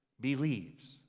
believes